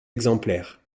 exemplaires